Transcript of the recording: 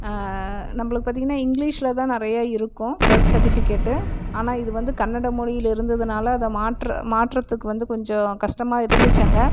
நம்மளுக்கு பார்த்தீங்கன்னா இங்கிலீஷில்தான் நிறைய இருக்கும் பர்த் சர்ட்டிஃபிகேட்டு ஆனால் இது வந்து கன்னட மொழில இருந்ததுனால் அதை மாற்ற மாற்றத்துக்கு வந்து கொஞ்சம் கஷ்டமா இருந்துச்சு அங்கே